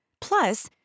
Plus